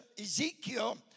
Ezekiel